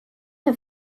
her